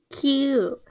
cute